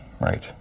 right